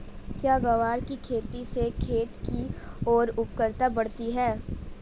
क्या ग्वार की खेती से खेत की ओर उर्वरकता बढ़ती है?